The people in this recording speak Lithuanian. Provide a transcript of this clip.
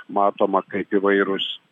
matoma kaip įvairūs